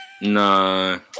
No